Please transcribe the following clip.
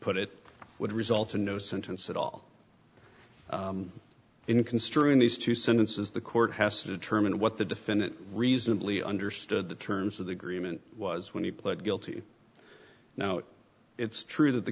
put it would result in no sentence at all in construing these two sentences the court has to determine what the defendant reasonably understood the terms of the agreement was when he pled guilty now it's true that the